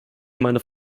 meiner